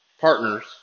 partners